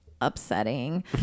upsetting